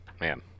man